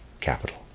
capital